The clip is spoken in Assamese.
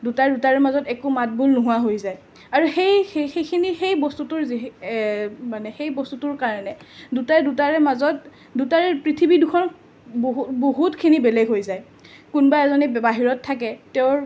দুটাই দুটাৰ মাজত একো মাত বোল নোহোৱা হৈ যায় আৰু সেই সেই সেইখিনি সেই বস্তুটোৰ যিহ এ মানে সেই বস্তুটোৰ কাৰণে দুটাই দুটাৰে মাজত দুটাৰে পৃথিৱী দুখন বহু বহুতখিনি বেলেগ হৈ যায় কোনোবা এজনী বা বাহিৰত থাকে তেওঁৰ